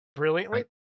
brilliantly